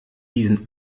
diesen